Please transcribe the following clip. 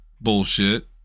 Bullshit